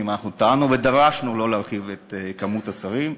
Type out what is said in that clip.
טענו ודרשנו שלא להרחיב את מספר השרים.